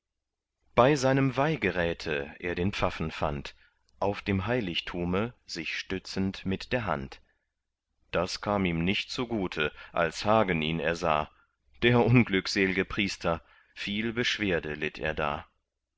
bei seinem weihgeräte er den pfaffen fand auf dem heiligtume sich stützend mit der hand das kam ihm nicht zugute als hagen ihn ersah der unglückselge priester viel beschwerde litt er da